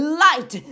light